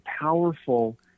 powerful